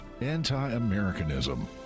anti-Americanism